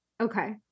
Okay